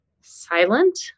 silent